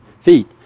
feet